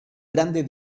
grande